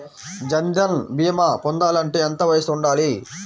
జన్ధన్ భీమా పొందాలి అంటే ఎంత వయసు ఉండాలి?